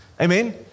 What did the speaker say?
Amen